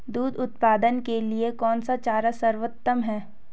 दूध उत्पादन के लिए कौन सा चारा सर्वोत्तम है?